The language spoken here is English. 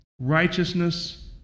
righteousness